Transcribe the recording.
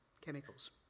chemicals